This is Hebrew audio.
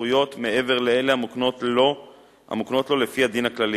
זכויות מעבר לאלה המוקנות לו לפי הדין הכללי,